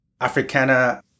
Africana